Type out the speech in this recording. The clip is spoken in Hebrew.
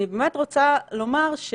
אני באמת רוצה לומר,